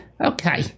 Okay